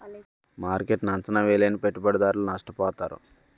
మార్కెట్ను అంచనా వేయలేని పెట్టుబడిదారులు నష్టపోతారు